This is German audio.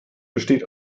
besteht